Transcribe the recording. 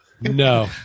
no